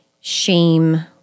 shame